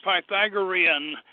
Pythagorean